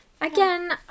Again